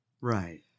Right